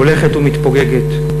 הולכת ומתפוגגת.